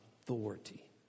authority